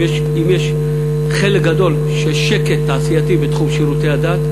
אם יש חלק גדול של שקט תעשייתי בתחום שירותי הדת,